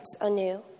anew